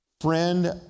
Friend